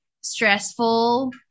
stressful